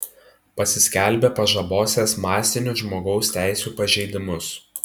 pasiskelbė pažabosiąs masinius žmogaus teisių pažeidimus